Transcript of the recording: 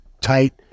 tight